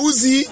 Uzi